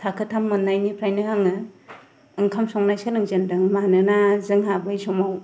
थाखो थाम मोननायनिफ्रायनो आङो ओंखाम संनाय सोलोंजेनदोंमोन मानोना जोंहा बै समाव